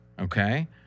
Okay